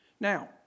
Now